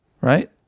Right